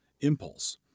impulse